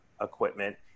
equipment